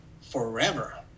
forever